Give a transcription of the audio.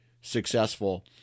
successful